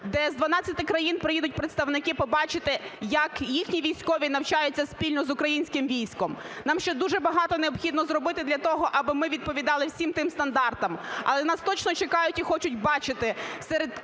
де з 12 країн приїдуть представники побачити, як їхні військові навчаються спільно з українським військом. Нам ще дуже багато необхідно зробити для того, аби ми відповідали всім тим стандартам, але нас точно чекають і хочуть бачити серед країн,